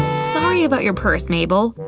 sorry about your purse, mayble.